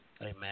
Amen